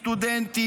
סטודנטים,